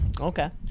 Okay